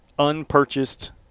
unpurchased